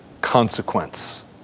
consequence